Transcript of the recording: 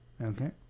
Okay